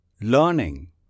Learning